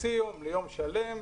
לחצי יום, ליום שלם,